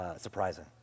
surprising